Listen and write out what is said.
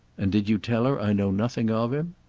and did you tell her i know nothing of him?